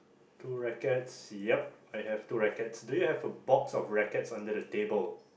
two rackets yup I have two rackets do you have a box of rackets under the table